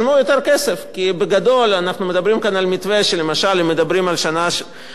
כי בגדול אנחנו מדברים כאן על מתווה שלמשל אם מדברים על השנה הקרובה,